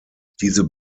diese